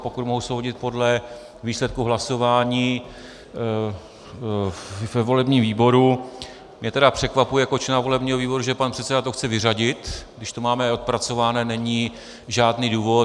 A pokud mohu soudit podle výsledků hlasování ve volebním výboru mě tedy překvapuje jako člena volebního výboru, že pan předseda to chce vyřadit, když to máme odpracované není žádný důvod.